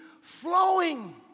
flowing